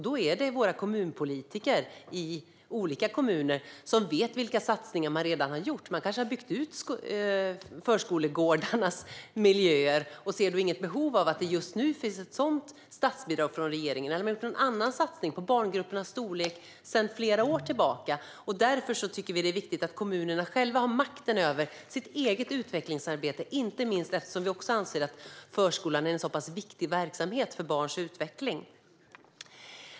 Det är våra kommunpolitiker i olika kommuner som vet vilka satsningar som redan har gjorts där. Man kanske redan har byggt ut förskolegårdarnas miljöer och därmed inte ser något behov av att det just nu ska finnas ett sådant statsbidrag från regeringen. I en annan kommun kanske man under flera år har gjort en satsning på barngruppernas storlek. Vi tycker att det är viktigt att kommunerna själva har makten över sitt eget utvecklingsarbete, inte minst eftersom vi anser att förskolan är en viktig verksamhet för barns utveckling.